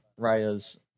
Raya's